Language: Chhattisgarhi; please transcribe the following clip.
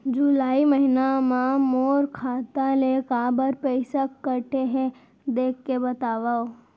जुलाई महीना मा मोर खाता ले काबर पइसा कटे हे, देख के बतावव?